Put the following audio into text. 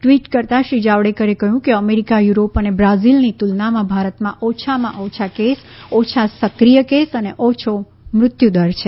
tweet કરતાં શ્રી જાવડેકરે કહ્યું કે અમેરિકા યુરોપ અને બ્રાઝિલની તુલનામાં ભારતમાં ઓછામાં ઓછા કેસ ઓછા સક્રિય કેસ અને ઓછો મૃત્યુદર છે